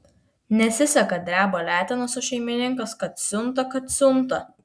nesiseka dreba letenos o šeimininkas kad siunta kad siunta